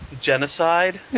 Genocide